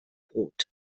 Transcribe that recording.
brot